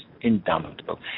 indomitable